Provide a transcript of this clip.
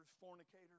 fornicators